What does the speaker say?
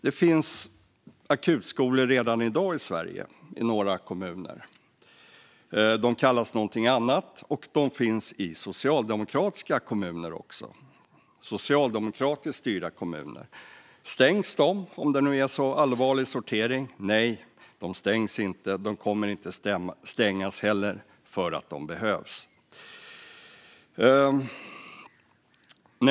Det finns redan i dag akutskolor i några kommuner i Sverige, men de kallas något annat. De finns också i socialdemokratiskt styrda kommuner. Stängs de, om det nu är en allvarlig sortering? Nej, de stängs inte. De kommer inte att stängas heller, för de behövs.